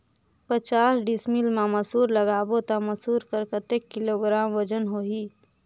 पचास डिसमिल मा मसुर लगाबो ता मसुर कर कतेक किलोग्राम वजन होही?